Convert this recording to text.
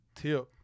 Tip